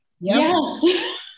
Yes